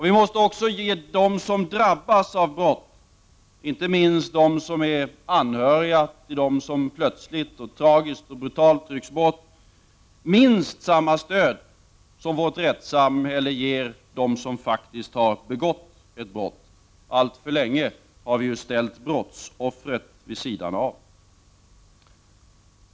Vi måste ge dem som drabbas av brott — inte minst de som är anhöriga till dem som plötsligt, tragiskt och brutalt, ryckts bort — minst samma stöd som vårt rättssamhälle ger dem som faktiskt har begått ett brott. Alltför länge har vi ställt brottsoffret vid sidan av.